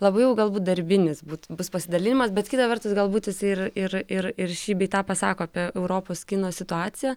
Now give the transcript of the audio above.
labai jau galbūt darbinis būt bus pasidalinimas bet kita vertus galbūt jisai ir ir ir ir šį bei tą pasako apie europos kino situaciją